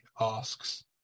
asks